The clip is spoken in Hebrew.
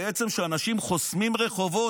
כשאנשים בעצם חוסמים רחובות,